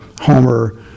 Homer